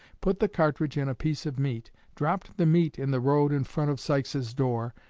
put the cartridge in a piece of meat, dropped the meat in the road in front of sykes's door,